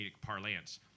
parlance